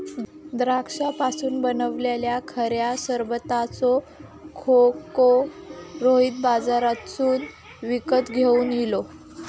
द्राक्षांपासून बनयलल्या खऱ्या सरबताचो खोको रोहित बाजारातसून विकत घेवन इलो